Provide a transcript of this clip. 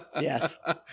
Yes